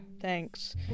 thanks